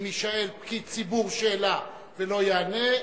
אם יישאל פקיד ציבור שאלה ולא יענה,